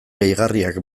gehigarriak